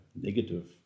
negative